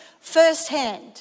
firsthand